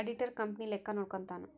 auditor company ಲೆಕ್ಕ ನೋಡ್ಕಂತಾನ್